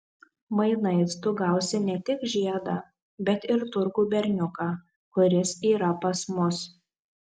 mainais tu gausi ne tik žiedą bet ir turkų berniuką kuris yra pas mus